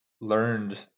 learned